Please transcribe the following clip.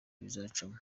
bizacamo